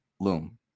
loom